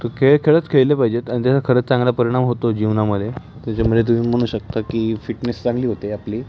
तो खेळ खरच खेळले पाहिजेत आणि त्याचा खरंच चांगला परिणाम होतो जीवनामध्ये त्याच्यामुळे तुम्ही म्हणू शकता की फिटनेस चांगली होते आपली